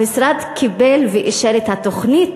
המשרד קיבל ואישר את התוכנית,